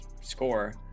score